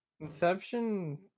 Inception